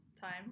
time